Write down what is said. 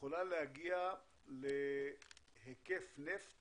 יכולה להגיע להיקף נפט